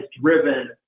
driven